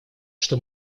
что